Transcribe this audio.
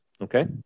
okay